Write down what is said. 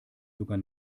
sogar